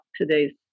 today's